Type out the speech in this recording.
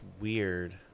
weird